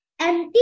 Empty